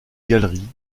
galerie